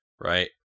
Right